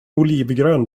olivgrön